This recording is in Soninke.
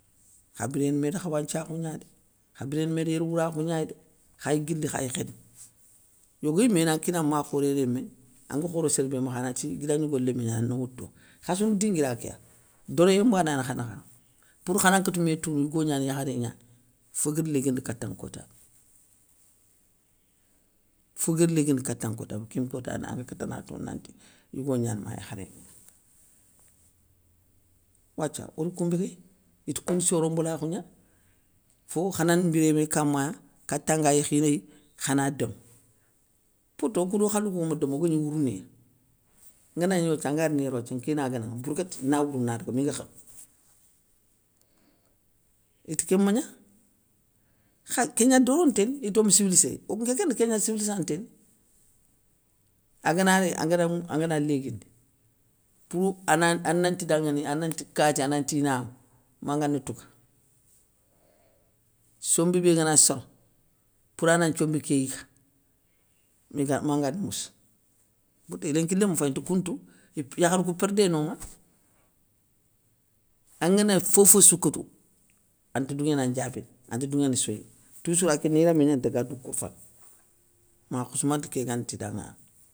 Kha biréne méda khawanthiakhou gnadé, kha biréné méda yérwourakhou gna dé, khay guili khay khéné, yogo yimé ina kina makhoré rémé, angue khoro sér bé makha, anati i guida gnigo lémé gnani ane woutouwa, khassoune dinguira kéya, doréyé mbana ni kha nakha. Pour hana nkati mé tounou, yigo gnani yakharé gnani, feugueudi léguinda katanŋa kota bé. Feugueudi léguindi katan kota bé kén nkota ani angue kata na tounou nati yigo gnani ma yakharé gnani. Wathia ori koun mbéguéy iti koune soro mbélakhou gna, fo khana mbiré mé kama a katan nga yékhinéy, khana domou, pourta okou do khalou kou ma domou oga gni wourouniya, ngana gni yér wathia anga rini yér wathia, nkina nguénaŋa bourguétte na wourou na daga, minga khénou. Iti kén magna, kha kégna doronténi itome civilissé, okou nké kén nda kégna civilissanté ni. Agana réy anaganamou angana léguindi, pour ana ananti danŋani, anti kati ananti namou, manga na touga. Sombi bé i gana soro, poura na nthiombi ké yiga, miga mangani mourssa, porta i lénki lémou faye inta kountou, ipe yakharou kou pérdéy noŋa, angana fofossou kotou, ante douŋéna ndiabini ante douŋéné soyini, toussour akéna yiramané gnane ta ga dou kourfa, ma khoussmanta ké ganti danŋa.